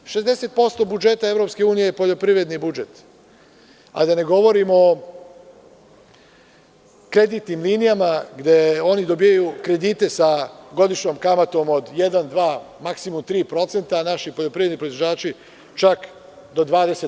Oko 60% budžeta EU je poljoprivredni budžet, a da ne govorim o kreditnim linijama gde oni dobijaju kredite sa godišnjom kamatom od 1%, 2% ili 3%, a naši poljoprivredni proizvođači čak do 20%